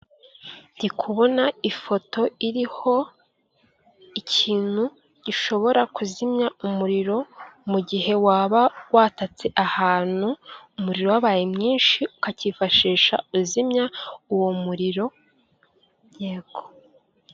Ndi kubona ifoto iriho ikintu gishobora kuzimya umuriro mu gihe waba watatse ahantu, umuriro wabaye mwinshi ukakiyifashisha uzimya uwo muriro yego.